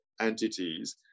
entities